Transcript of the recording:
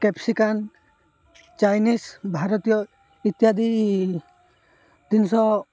capsicum Chinese ଭାରତୀୟ ଇତ୍ୟାଦି ତିନିଶହ